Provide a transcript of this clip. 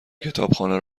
کتابخانه